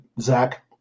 Zach